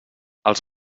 els